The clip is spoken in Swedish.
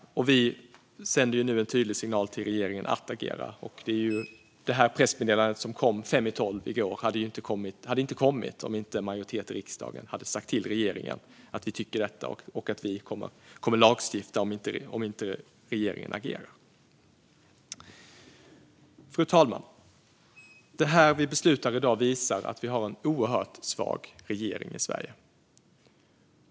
Vi sänder nu en tydlig signal till regeringen att agera. Det pressmeddelande som kom fem i tolv i går hade inte kommit om inte en majoritet i riksdagen hade sagt till regeringen vad vi tycker och att vi kommer att lagstifta om regeringen inte agerar. Fru talman! Det vi beslutar i dag visar att vi har en oerhört svag regering i Sverige.